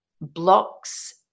blocks